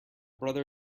brother